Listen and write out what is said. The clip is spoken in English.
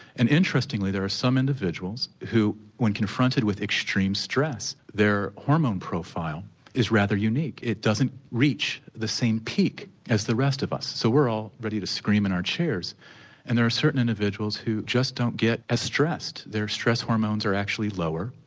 and interestingly there are some individuals who when confronted with extreme stress their hormone profile is rather unique, it doesn't reach the same peak as the rest of us. so we're all ready to scream in our chairs and there are certain individuals who just don't get as stressed, their stress hormones are actually lower.